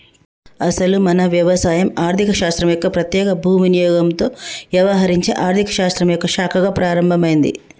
అసలు మన వ్యవసాయం ఆర్థిక శాస్త్రం పెత్యేకంగా భూ వినియోగంతో యవహరించే ఆర్థిక శాస్త్రం యొక్క శాఖగా ప్రారంభమైంది